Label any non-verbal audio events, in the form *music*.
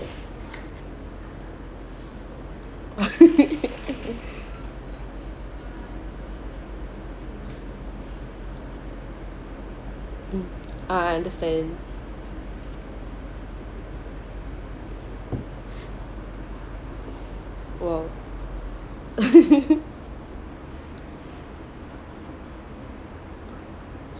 *laughs* ah understand !wow! *laughs*